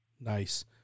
Nice